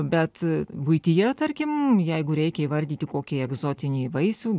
bet buityje tarkim jeigu reikia įvardyti kokį egzotinį vaisių